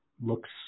looks